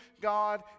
God